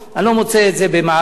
לא ב"מעריב",